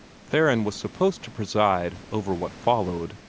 theron was supposed to preside over what followed,